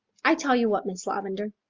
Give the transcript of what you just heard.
i tell you what, miss lavendar.